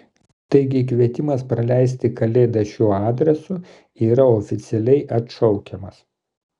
taigi kvietimas praleisti kalėdas šiuo adresu yra oficialiai atšaukiamas